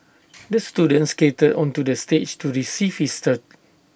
the student skated onto the stage to receive his